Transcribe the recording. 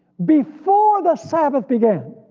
before the sabbath began.